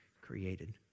created